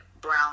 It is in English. brown